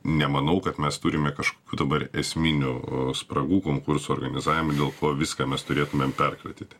nemanau kad mes turime kažkokių dabar esminių spragų konkurso organizavime dėl ko viską mes turėtumėm perkratyti